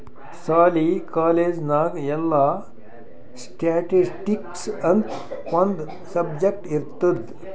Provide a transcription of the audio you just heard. ಸಾಲಿ, ಕಾಲೇಜ್ ನಾಗ್ ಎಲ್ಲಾ ಸ್ಟ್ಯಾಟಿಸ್ಟಿಕ್ಸ್ ಅಂತ್ ಒಂದ್ ಸಬ್ಜೆಕ್ಟ್ ಇರ್ತುದ್